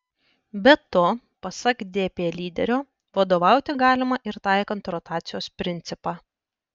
be to pasak dp lyderio vadovauti galima ir taikant rotacijos principą